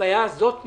הבעיה הזאת נפתרה,